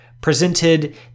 presented